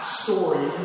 story